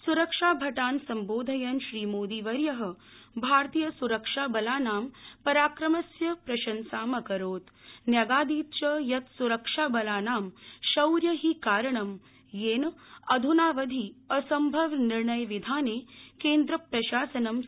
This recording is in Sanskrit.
स्रक्षाभटान् सम्बोधयन् श्रीमोदीवर्यः भारतीय स्रक्षाबलानां पराक्रमस्य प्रशंसां अकरोत् न्यगादीत् च यत् स्रक्षाबलानां शौर्य हि कारणं येन अध्नावधि असम्भव निर्णय विधाने केन्द्र प्रशासनं समर्थोऽभवत्